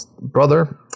brother